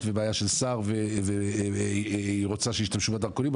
ובעיה של שר והיא רוצה שישתמשו בדרכונים,